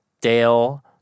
Dale